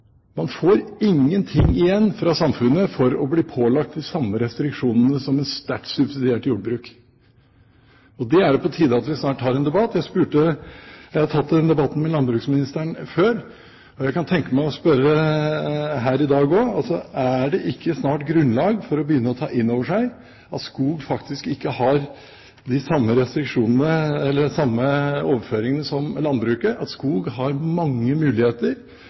Man får ingenting igjen fra samfunnet for å bli pålagt de samme restriksjonene som et sterkt subsidiert jordbruk, og det er det snart på tide at vi tar en debatt om. Jeg har tatt den debatten med landbruksministeren før, og jeg kan tenke meg å spørre her i dag også. Er det ikke snart grunnlag for å begynne å ta inn over seg at skog faktisk ikke har de samme overføringene som jordbruket, at skog har mange muligheter,